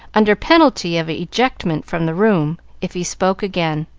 under penalty of ejectment from the room if he spoke again.